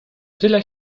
tyle